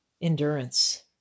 endurance